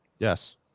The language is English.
Yes